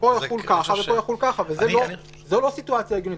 זו לא סיטואציה הגיונית,